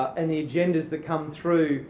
and the agendas that come through.